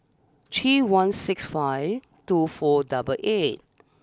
three one six five two four double eight